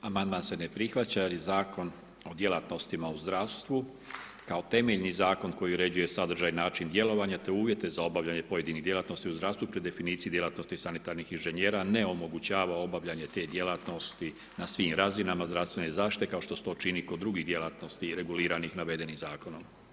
Amandman se ne prihvaća jer je Zakon o djelatnostima u zdravstvu kao temeljni zakon koji uređuje sadržaj, način djelovanja te uvjete za obavljanje pojedinih djelatnosti u zdravstvu po definiciji djelatnosti sanitarnih inženjera ne omogućava obavljanje te djelatnosti na svim razinama zdravstvene zaštite kao što to čini kod drugih djelatnosti reguliranih navedenim zakonom.